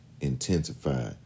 intensify